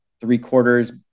three-quarters